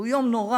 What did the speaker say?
הוא יום נורא.